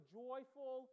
joyful